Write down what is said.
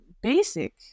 basic